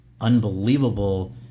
unbelievable